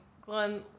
Glenn